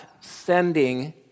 sending